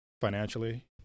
financially